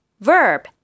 Verb